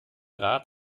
rat